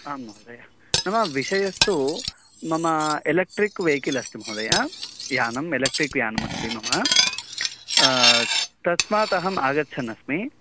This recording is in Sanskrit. आं महोदय विषयस्तु मम एलेक्ट्रिक् वेहिकल् अस्ति महोदय यानम् एलेक्ट्रिक् यानम् अस्ति मम तस्मात् अहम् आगच्छन् अस्मि